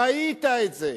ראית את זה.